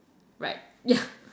right yeah